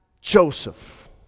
Joseph